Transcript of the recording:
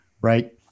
Right